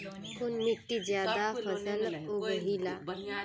कुन मिट्टी ज्यादा फसल उगहिल?